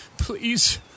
Please